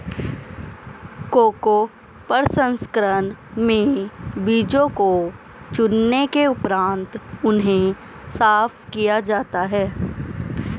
cocoa प्रसंस्करण में बीजों को चुनने के उपरांत उन्हें साफ किया जाता है